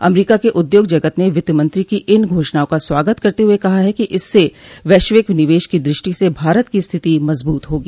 अमरीका के उद्योग जगत ने वित्तमंत्री की इन घोषणाओं का स्वागत करते हुए कहा है कि इससे वैश्विक निवेश की दृष्टि से भारत की स्थिति मजबूत होगी